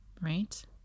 right